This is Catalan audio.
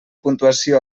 puntuació